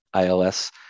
ILS